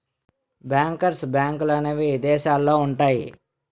bankers బ్యాంకులనేవి ఇదేశాలల్లో ఉంటయ్యి